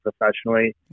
professionally